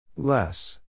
Less